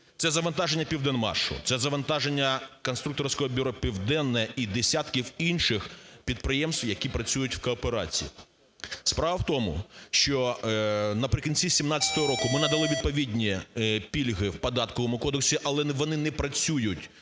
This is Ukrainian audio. Це завантаження "Південмашу", це завантаження "Конструкторського бюро "Південне" і десятків інших підприємств, які працюють в кооперації. Справа в тому, що наприкінці 17-го року ми надали відповідні пільги в Податковому кодексі. Але вони не працюють